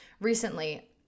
Recently